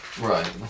right